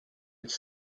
its